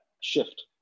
shift